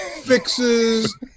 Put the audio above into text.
fixes